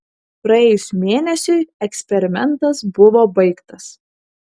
praėjus mėnesiui eksperimentas buvo baigtas